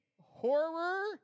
horror